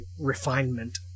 refinement